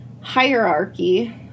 hierarchy